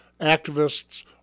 activists